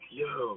yo